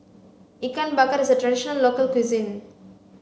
ikan bakar is a traditional local cuisine